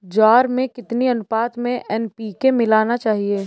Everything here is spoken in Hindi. ज्वार में कितनी अनुपात में एन.पी.के मिलाना चाहिए?